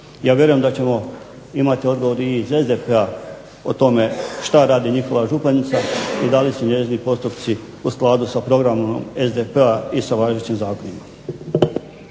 Ja vjerujem da ćemo imati odgovor i iz SDP-a o tome šta radi njihova županica i da li su njezini postupci u skladu sa programom SDP-a i sa važećim zakonima.